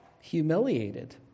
humiliated